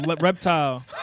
reptile